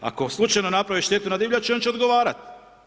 Ako slučajno naprave štetu na divljači, on će odgovarati.